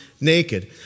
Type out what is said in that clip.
naked